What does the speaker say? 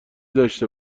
داشته